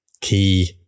key